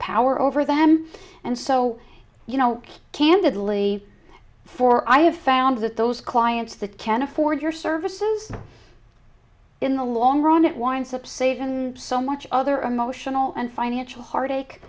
power over them and so you know candidly for i have found that those clients that can afford your services in the long run it winds up saving so much other emotional and financial heartache